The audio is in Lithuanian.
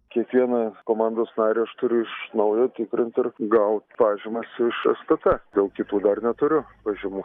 kiekvieną komandos narį aš turiu iš naujo tikrint ir gaut pažymas iš stt dėl kitų dar neturiu pažymų